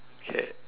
okay